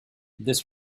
this